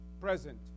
present